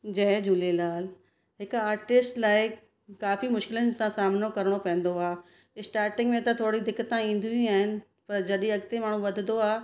जय झूलेलाल हिकु आर्टिस्ट लाइ काफ़ी मुशिकिलन सां सामिनो करिणो पवंदो आहे स्टार्टिंग में त थोरी दिक़तां ईंदियूं ई आहिनि पर जॾहिं अॻिते मण्हू वधंदो आहे